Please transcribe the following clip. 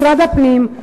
משרד הפנים,